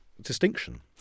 distinction